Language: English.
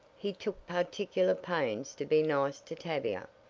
he took particular pains to be nice to tavia.